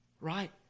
Right